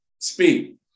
speak